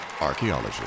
Archaeology